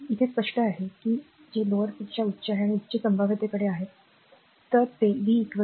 तर हे स्पष्ट आहे की जे लोअरपेक्षा उच्च आहे आणि उच्च संभाव्यतेकडे आहे बरोबर